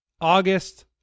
august